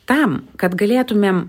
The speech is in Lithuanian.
tam kad galėtumėm